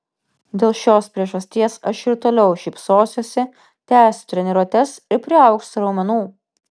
dėl šios priežasties aš ir toliau šypsosiuosi tęsiu treniruotes ir priaugsiu raumenų